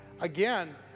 Again